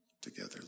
together